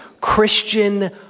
Christian